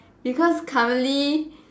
because currently